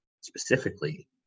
specifically